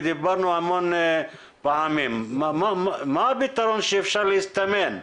ודיברנו המון פעמים, מה הפתרון המסתמן?